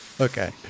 Okay